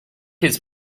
his